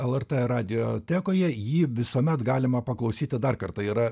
lrt radiotekoje jį visuomet galima paklausyti dar kartą yra